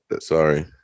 sorry